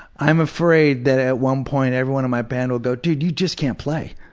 i'm afraid that at one point everyone in my band will go, dude, you just can't play.